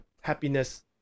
happiness